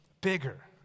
bigger